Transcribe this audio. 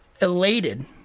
elated